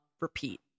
repeat